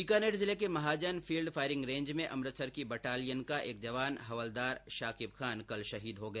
बीकानेर जिले के Mahajan field firing range में अमृतसर की बटालियन का एक जवान हवलदार शाकिब खान कल शहीद हो गया